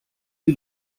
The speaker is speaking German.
die